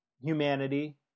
humanity